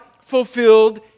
fulfilled